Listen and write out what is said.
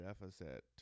deficit